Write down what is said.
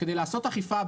כדי לעשות אכיפה,